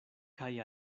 kaj